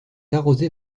arrosée